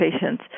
patients